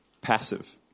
passive